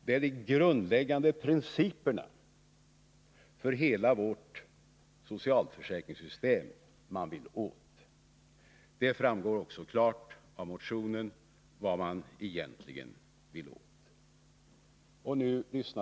Det är de grundläggande principerna för hela vårt socialförsäkringssystem man vill åt. Det framgår också klart av motionerna vad man egentligen vill.